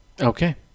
okay